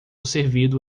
servido